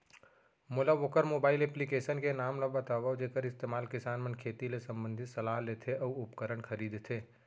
मोला वोकर mobile application के नाम ल बतावव जेखर इस्तेमाल किसान मन खेती ले संबंधित सलाह लेथे अऊ उपकरण खरीदथे?